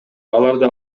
аларды